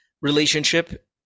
relationship